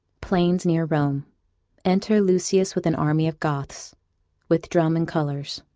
plains near rome enter lucius with an army of goths with drums and colours